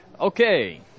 Okay